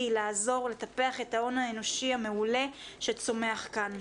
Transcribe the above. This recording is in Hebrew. לעזור לטפח את ההון האנושי המעולה שצומח כאן.